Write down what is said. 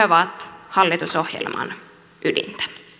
ovat hallitusohjelman ydintä